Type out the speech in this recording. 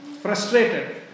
frustrated